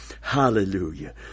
Hallelujah